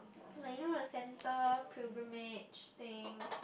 like you know the centre pilgrimage thing